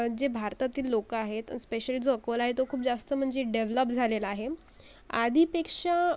जे भारतातील लोक आहेत स्पेशली जो अकोला आहे तो खूप जास्त म्हणजे डेवलप झालेला आहे आधीपेक्षा